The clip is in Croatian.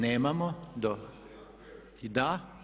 Nemamo. … [[Upadica se ne čuje.]] Da.